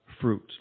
fruit